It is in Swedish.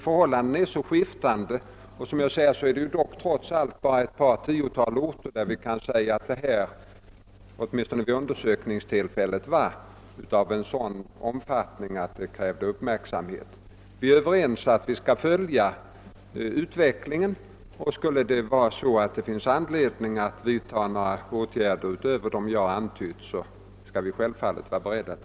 Förhållandena är emellertid mycket skiftande, och såsom jag nämnde har de trots allt endast på ett tiotal orter vid undersökningstillfället varit av sådan art att de krävt uppmärksamhet. Vi är överens med fru Ryding om att utvecklingen skall följas, och vi är självfallet beredda att, om det finns anledning att vidtaga åtgärder utöver dem jag antytt, också genomföra sådana.